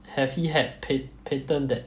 have he had pat~ patent that